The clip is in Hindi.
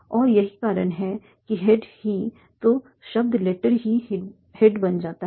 और यही कारण है कि हेड ही तो शब्द लेटर ही हेड बन जाता है